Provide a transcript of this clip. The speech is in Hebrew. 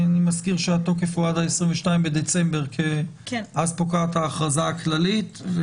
אני מזכיר שהתוקף הוא עד ה-22 בדצמבר כי אז פוקעת ההכרזה הכללית.